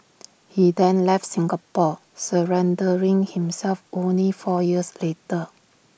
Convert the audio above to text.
he then left Singapore surrendering himself only four years later